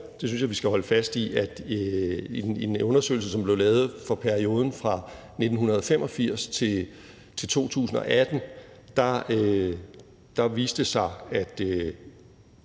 det synes jeg vi skal holde fast i – i en undersøgelse, som blev lavet for perioden fra 1985 til 2018, viste det sig, at